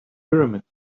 pyramids